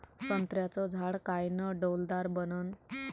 संत्र्याचं झाड कायनं डौलदार बनन?